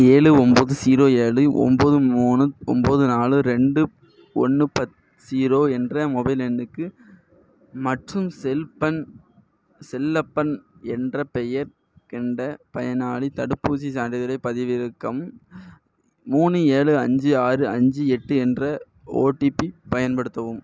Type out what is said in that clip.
ஏழு ஒம்பது ஸீரோ ஏழு ஒம்பது மூணு ஒம்பது நாலு ரெண்டு ஒன்று பத் ஸீரோ என்ற மொபைல் எண்ணுக்கு மற்றும் செல்பன் செல்லப்பன் என்ற பெயர் கொண்ட பயனாளி தடுப்பூசி சான்றிதழை பதிவிறக்கம் மூணு ஏழு அஞ்சு ஆறு அஞ்சு எட்டு என்ற ஓடிபி பயன்படுத்தவும்